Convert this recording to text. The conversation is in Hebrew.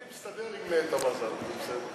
אני מסתדר עם תמר זנדברג, זה בסדר.